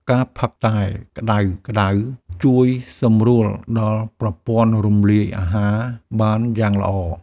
ការផឹកតែក្តៅៗជួយសម្រួលដល់ប្រព័ន្ធរំលាយអាហារបានយ៉ាងល្អ។